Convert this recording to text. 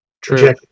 True